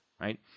right